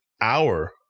hour